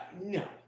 No